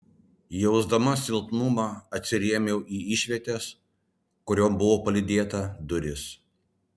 jausdama silpnumą atsirėmiau į išvietės kurion buvau palydėta duris